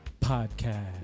Podcast